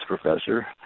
professor